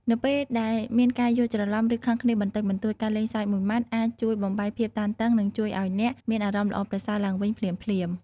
នៅពេលដែលមានការយល់ច្រឡំឬខឹងគ្នាបន្តិចបន្តួច ការលេងសើចមួយម៉ាត់អាចជួយបំបែកភាពតានតឹងនិងជួយឱ្យអ្នកមានអារម្មណ៍ល្អប្រសើរឡើងវិញភ្លាមៗ។